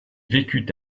vécut